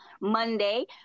Monday